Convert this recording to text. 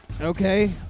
Okay